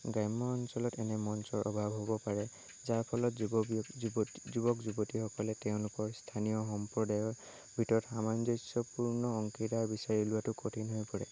গ্ৰাম্য অঞ্চলত এনে মঞ্চৰ অভাৱ হ'ব পাৰে যাৰ ফলত যুৱক যুৱতীসকলে তেওঁলোকৰ স্থানীয় সম্প্ৰদায়ৰ ভিতৰত সামঞ্জস্যপূৰ্ণ অংশীদাৰ বিচাৰি উলিওৱাটো কঠিন হৈ পৰে